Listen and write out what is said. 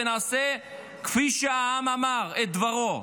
ונעשה כפי שהעם אמר את דברו.